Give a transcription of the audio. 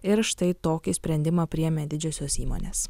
ir štai tokį sprendimą priėmė didžiosios įmonės